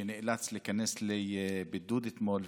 שנאלץ להיכנס לבידוד אתמול.